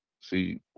See